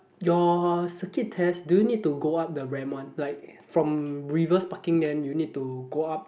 your circuit test do you need to go up the ramp one like from reverse parking then you need to go up